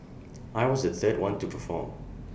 I was the third one to perform